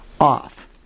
off